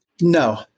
no